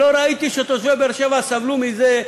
לא ראיתי שתושבי באר-שבע סבלו מזה,